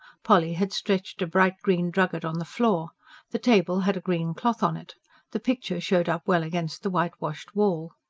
polly had stretched a bright green drugget on the floor the table had a green cloth on it the picture showed up well against the whitewashed wall.